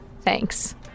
Thanks